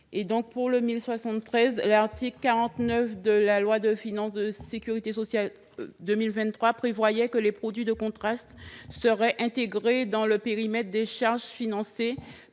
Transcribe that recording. n° 1073. L’article 49 de la loi de financement de la sécurité sociale pour 2023 prévoyait que les produits de contraste seraient intégrés dans le périmètre des charges financées